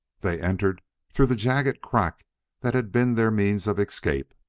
they entered through the jagged crack that had been their means of escape.